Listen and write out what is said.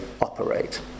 operate